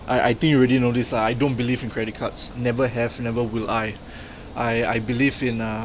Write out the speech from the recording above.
I I think you already know this lah I don't believe in credit cards never have never will I I I believe in uh